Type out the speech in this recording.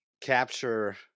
capture